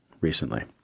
recently